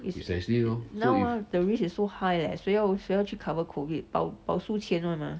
it's it's now ah the risk is so high leh 谁要谁要去 cover COVID 保保输钱 [one] mah